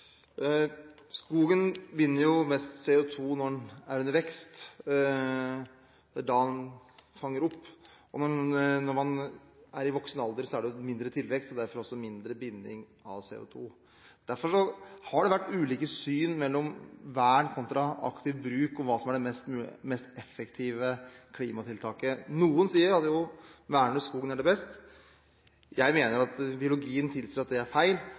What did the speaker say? Skogen binder mest CO2 når den er i vekst – det er da den fanger opp mest. I voksen alder er det mindre tilvekst, og derfor binder den mindre CO2. Det har vært ulike syn på vern kontra aktiv bruk og hva som er det mest effektive klimatiltaket. Noen sier at det å verne skogen er best. Jeg mener at biologien tilsier at det er feil,